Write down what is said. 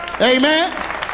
Amen